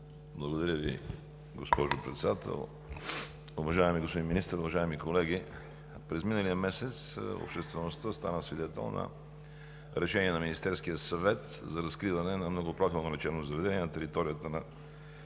Благодаря Ви, госпожо Председател. Уважаеми господин Министър, уважаеми колеги! През миналия месец обществеността стана свидетел на решение на Министерския съвет за разкриване на многопрофилно лечебно заведение на територията на